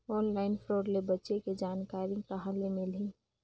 Online fraud ले बचे के जानकारी कहां ले मिलही?